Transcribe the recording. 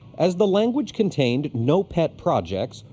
as the language contained no pet projects,